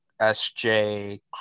sj